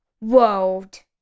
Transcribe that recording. world